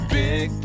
big